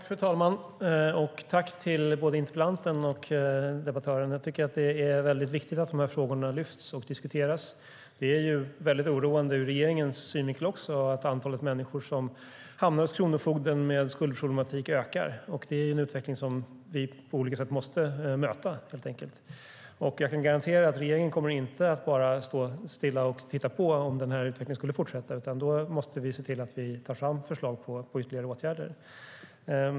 Fru talman! Jag vill tacka både interpellanten och debattören. Det är väldigt viktigt att de här frågorna lyfts fram och diskuteras. Även från regeringens synvinkel är det väldigt oroande att antalet människor med skuldproblematik som hamnar hos kronofogden ökar. Det är en utveckling som vi måste möta på olika sätt. Jag kan garantera att regeringen inte bara kommer att stå stilla och titta på om den utvecklingen skulle fortsätta. Då måste vi se till att ta fram förslag på ytterligare åtgärder.